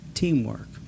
Teamwork